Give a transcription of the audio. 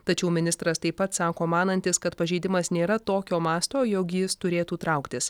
tačiau ministras taip pat sako manantis kad pažeidimas nėra tokio masto jog jis turėtų trauktis